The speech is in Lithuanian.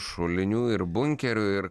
šulinių ir bunkerių ir